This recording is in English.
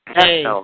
Hey